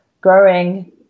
growing